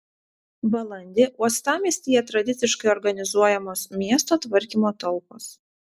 balandį uostamiestyje tradiciškai organizuojamos miesto tvarkymo talkos